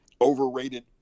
overrated